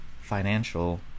financial